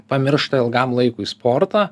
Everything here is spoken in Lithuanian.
pamiršta ilgam laikui sportą